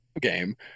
game